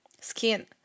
skin